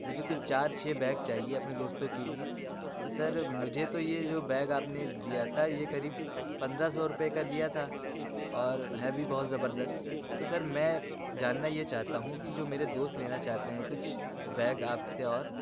مجھے کچھ چار چھ بیگ چاہیے اپنے دوستوں کے لیے تو سر مجھے تو یہ جو بیگ آپ نے دیا تھا یہ قریب پندرہ سو روپیے کا دیا تھا اور ہے بھی بہت زبردست تو سر میں جاننا یہ چاہتا ہوں کہ جو میرے دوست لینا چاہتے ہیں کچھ بیگ آپ سے اور